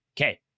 Okay